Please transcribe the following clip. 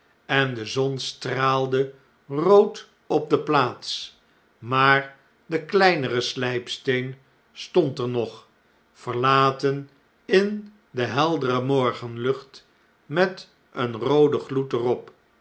en de zon straalde rood op de plaats maar de kleinere slijpsteen stond er nog verlaten in de heldere morgenlucht met een rooden gloed er